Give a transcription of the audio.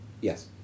Yes